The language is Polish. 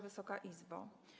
Wysoka Izbo!